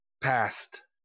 past